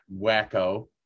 Wacko